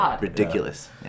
ridiculous